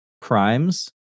crimes